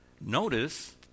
Notice